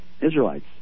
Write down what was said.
Israelites